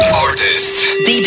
artist